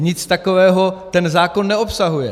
Nic takového ten zákon neobsahuje.